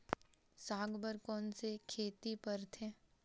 साग बर कोन से खेती परथे?